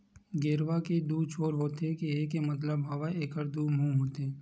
गेरवा के दू छोर होथे केहे के मतलब हवय एखर दू मुहूँ होथे